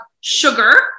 sugar